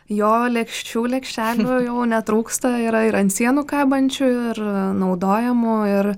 jo lėkščių lėkštelių jau netrūksta yra ir ant sienų kabančių ir naudojamų ir